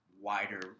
wider